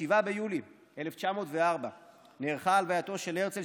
ב-7 ביולי 1904 נערכה הלווייתו של הרצל,